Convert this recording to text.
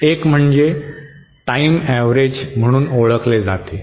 एक म्हणजे time average म्हणून ओळखले जाते